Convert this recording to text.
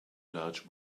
large